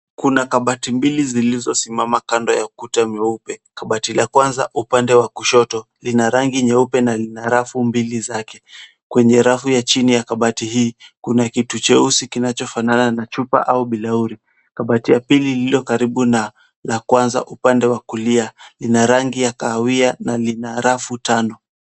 Kuna kabati mbili zilizosimama kando ya ukuta mweupe. Kabati la kwanza, upande wa kushoto, lina rangi nyeupe na lina rafu mbili zake. Kwenye rafu ya chini ya kabati hii, kuna kitu cheusi kinachofanana na chupa au bilauri. Kabati la pili lililo karibu na la kwanza upande wa kulia, lina rangi ya kahawia na lina rafu tano.